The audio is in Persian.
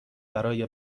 برای